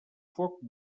foc